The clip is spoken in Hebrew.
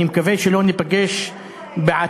אני מקווה שלא ניפגש בעתיד,